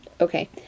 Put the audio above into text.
Okay